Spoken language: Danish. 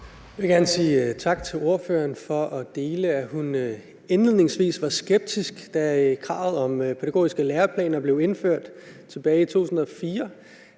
Jeg vil gerne sige tak til ordføreren for at dele, at hun indledningsvis var skeptisk, da kravet om pædagogiske læreplaner blev indført tilbage i 2004.